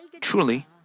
truly